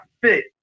fit